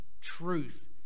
truth